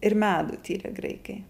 ir medų tyrė graikai